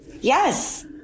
yes